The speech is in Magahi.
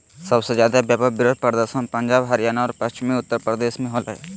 सबसे ज्यादे व्यापक विरोध प्रदर्शन पंजाब, हरियाणा और पश्चिमी उत्तर प्रदेश में होलय